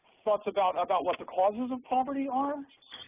thoughts about about what the causes of poverty are?